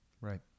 Right